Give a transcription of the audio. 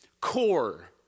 core